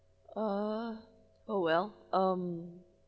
uh oh well um